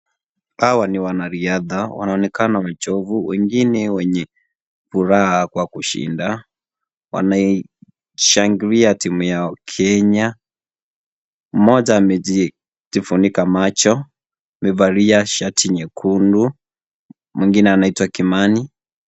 Hawa ni wanariadha wanaonekana wachovu, wengine wenye furaha kwa kushinda wanashangilia timu yao Kenya, mmoja amejifunika macho amevalia shati nyekundu, mwingine anaitwa Kimani.